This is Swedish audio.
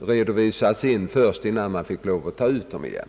redovisats och levererats innan man fick lov att ta ut dem igen.